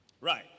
right